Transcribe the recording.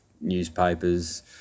newspapers